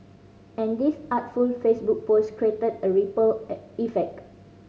and this artful Facebook post created a ripple effect